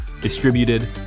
distributed